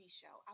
show